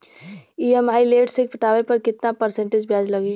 EMI late से पटावे पर कितना परसेंट ब्याज लगी?